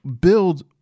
build